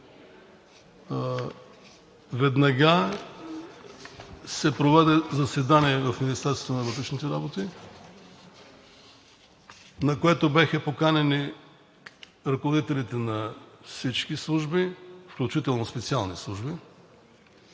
веднага се проведе заседание в Министерството на вътрешните работи, на което бяха поканени ръководителите на всички служби, включително специалните служби,